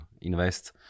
invest